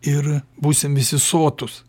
ir būsim visi sotūs